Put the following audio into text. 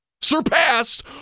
Surpassed